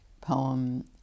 poem